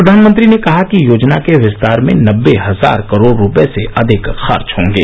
प्रधानमंत्री ने कहा कि योजना के विस्तार में नबे हजार करोड़ रुपए से अधिक खर्च होंगे